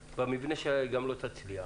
במבנה שלה היא גם לא תצליח,